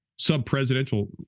sub-presidential